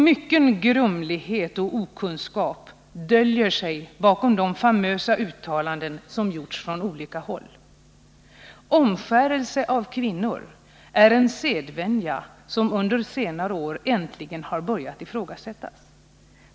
Mycken grumlighet och okunskap döljer sig bakom de famösa uttalanden som gjorts från olika håll. Omskärelse av kvinnor är en sedvänja som under senare år äntligen börjat ifrågasättas.